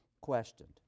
questioned